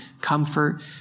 comfort